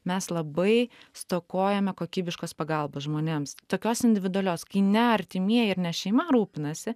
mes labai stokojame kokybiškos pagalbos žmonėms tokios individualios kai ne artimieji ir ne šeima rūpinasi